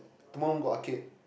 tomorrow want go arcade